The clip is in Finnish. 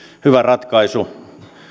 hyvä ratkaisu